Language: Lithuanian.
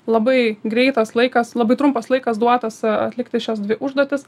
labai greitas laikas labai trumpas laikas duotas atlikti šias dvi užduotis